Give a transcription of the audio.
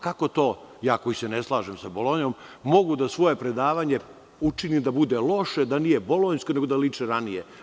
Kako to, ja koji se ne slažem sa Bolonjom mogu da svoje predavanje učinim da bude loše da nije Bolonjsko nego da liči na ranije?